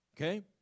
okay